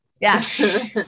Yes